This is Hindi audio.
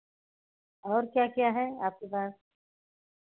और क्या क्या है आपके पास